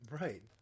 Right